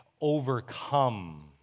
overcome